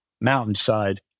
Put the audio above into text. Mountainside